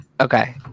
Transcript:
Okay